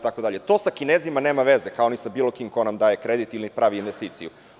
To sa Kinezima nema veze, kao ni sa bilo kim ko nam daje kredit ili pravi investiciju.